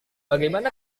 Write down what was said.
bagaimana